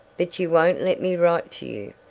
but you won't let me write to you,